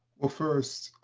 well, first